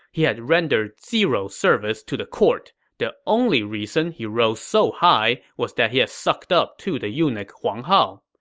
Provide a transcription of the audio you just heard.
he had rendered zero service to the court. the only reason he rose so high was that he had sucked up to the eunuch huang hao.